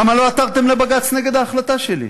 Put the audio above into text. למה לא עתרתם לבג"ץ נגד ההחלטה שלי,